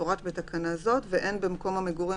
כמפורט בתקנה זאת ואין במקום המגורים